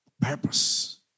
Purpose